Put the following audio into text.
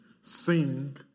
sing